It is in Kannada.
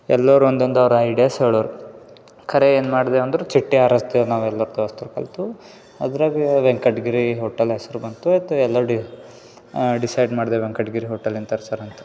ಎಲ್ಲರು ಒಂದೊಂದವ್ರ ಐಡ್ಯಾಸ್ ಹೆಳೋರೆ ಕರೆ ಏನ್ಮಾಡ್ದೆವು ಅಂದ್ರೆ ಚೀಟಿ ಆರಿಸ್ದೇವ್ ನಾವೆಲ್ಲ ದೋಸ್ತರು ಕಲೆತು ಅದ್ರಾಗೆ ವೆಂಕಟ್ಗಿರಿ ಹೋಟೆಲ್ ಹೆಸ್ರು ಬಂತು ಆಯ್ತು ಎಲ್ಲ ಡಿ ಡಿಸೈಡ್ ಮಾಡಿದೆ ವೆಂಕಟ್ಗಿರಿ ಹೋಟಲಿನ ತರ್ಸರಂತ